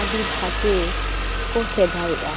ᱟᱹᱰᱤ ᱵᱷᱟᱜᱮ ᱠᱚ ᱥᱮᱵᱟᱭᱮᱜᱼᱟ